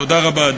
תודה רבה,